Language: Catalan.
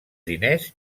diners